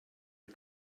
our